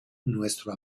nuestro